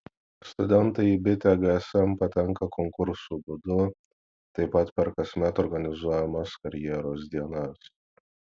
studentai į bitę gsm patenka konkursų būdu taip pat per kasmet organizuojamas karjeros dienas